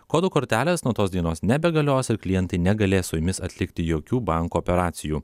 kodų kortelės nuo tos dienos nebegalios ir klientai negalės su jomis atlikti jokių banko operacijų